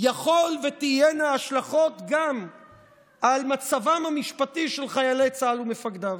יכול ותהיינה השלכות גם על מצבם המשפטי של חיילי צה"ל ומפקדיו.